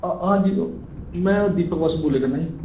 ਹਾਂਜੀ ਮੈਂ ਦੀਪਕ ਬਾਸੂ ਬੋਲਿਆ ਕਰਨਾ ਜੀ